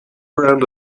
ground